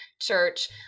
church